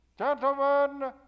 Gentlemen